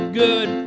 good